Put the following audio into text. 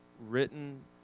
written